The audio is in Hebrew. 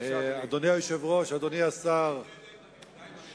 אדוני היושב-ראש, אדוני השר, זה יקרה די מהר.